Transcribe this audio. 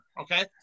Okay